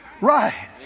right